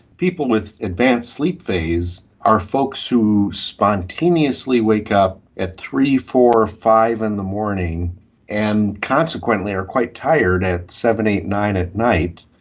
people with advanced sleep phase are folks who spontaneously wake up at three, four or five in the morning and consequently are quite tired at seven, eight, nine at night.